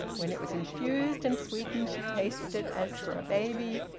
when it was infused and sweetened, she tasted it, as for a baby,